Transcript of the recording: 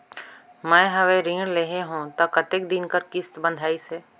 मैं हवे ऋण लेहे हों त कतेक दिन कर किस्त बंधाइस हे?